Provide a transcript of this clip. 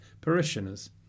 parishioners